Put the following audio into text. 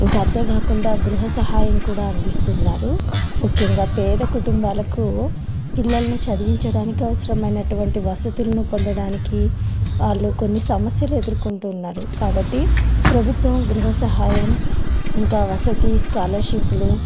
ఇంక అంతేకాకుండా గృహ సహాయం కూడా అందిస్తున్నారు ముఖ్యంగా పేద కుటుంబాలకు పిల్లల్ని చదివించడానికి అవసరమైనటువంటి వసతులను పొందడానికి వాళ్ళు కొన్ని సమస్యలు ఎదుర్కొంటున్నారు కాబట్టి ప్రభుత్వం గృహ సహాయం ఇంకా వసతి స్కాలర్షిప్లు